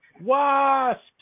Wasps